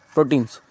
Proteins